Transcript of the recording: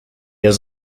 has